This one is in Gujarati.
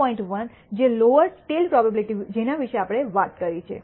1 જે લોઅર ટેઈલ પ્રોબેબીલીટી જેના વિષે આપણે વાત કરી છે